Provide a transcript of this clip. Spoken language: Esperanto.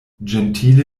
ĝentile